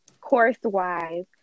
course-wise